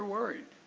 worried.